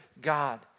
God